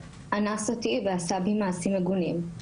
אנס אותי ועשה בי מעשים מגונים.